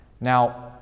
Now